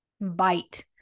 bite